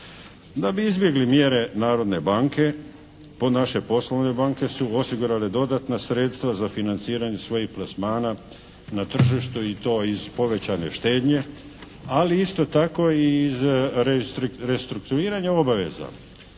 Da bi izbjegli mjere Narodne banke pod naše poslovne banke su osigurale dodatna sredstva za financiranje svojih plasmana na tržištu i to iz povećane štednje, ali isto tako i iz restrukturiranja obaveza,